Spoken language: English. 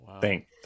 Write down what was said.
Thank